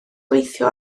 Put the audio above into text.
weithio